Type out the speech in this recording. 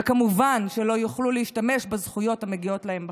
וכמובן שלא יוכלו להשתמש בזכויות המגיעות להם בחוק,